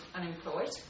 unemployed